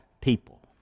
people